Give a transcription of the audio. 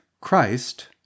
Christ